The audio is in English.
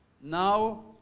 Now